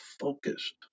focused